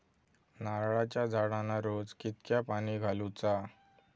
नारळाचा झाडांना रोज कितक्या पाणी घालुचा?